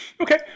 Okay